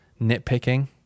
nitpicking